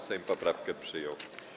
Sejm poprawkę przyjął.